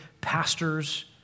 Pastors